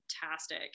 fantastic